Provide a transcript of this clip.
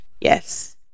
Yes